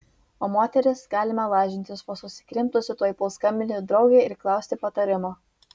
o moteris galime lažintis vos susikrimtusi tuoj puls skambinti draugei ir klausti patarimo